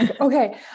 okay